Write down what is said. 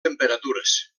temperatures